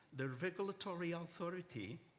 the regulatory authority